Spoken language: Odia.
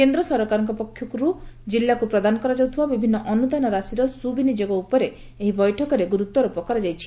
କେନ୍ଦ୍ ସରକାରଙ୍କ ପକ୍ଷରୁ ଜିଲ୍ଲାକୁ ପ୍ରଦାନ କରାଯାଉଥିବା ବିଭିନ୍ନ ଅନୁଦାନ ରାଶିର ସୁବିନିଯୋଗ ଉପରେ ଏହି ବୈଠକରେ ଗୁରୁତ୍ୱାରୋପ କରାଯାଇଛି